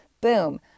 Boom